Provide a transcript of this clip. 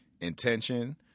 intention